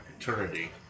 eternity